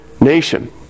nation